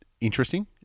interesting